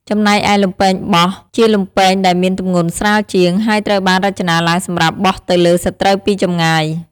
ចំណែកឯ លំពែងបោះ ជាលំពែងដែលមានទម្ងន់ស្រាលជាង ហើយត្រូវបានរចនាឡើងសម្រាប់បោះទៅលើសត្រូវពីចម្ងាយ។